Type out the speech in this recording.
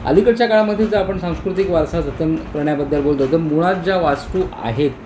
आलीकडच्या काळामध्ये जर आपण सांस्कृतिक वारसा जतन करण्याबद्दल बोलतो तर मुळात ज्या वास्तू आहेत